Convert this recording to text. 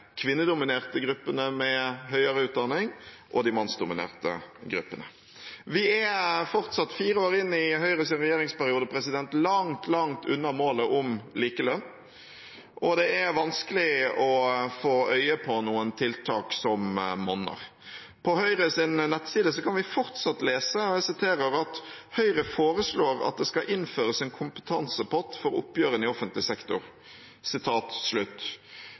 kvinnedominerte gruppene med høyere utdanning og de mannsdominerte gruppene. Vi er fortsatt – fire år inn i Høyres regjeringsperiode – langt, langt unna målet om likelønn, og det er vanskelig å få øye på noen tiltak som monner. På Høyres nettside kan vi fortsatt lese: «Høyre foreslår at det skal innføres en kompetansepott for oppgjørene i offentlig sektor.»